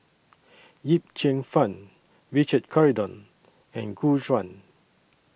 Yip Cheong Fun Richard Corridon and Gu Juan